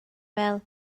fel